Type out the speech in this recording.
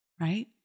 right